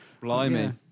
blimey